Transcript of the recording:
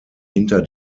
hinter